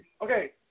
Okay